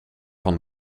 van